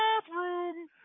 bathroom